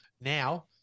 now